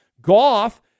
Goff